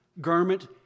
garment